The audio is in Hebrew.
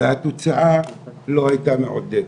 והתוצאה לא הייתה מעודדת.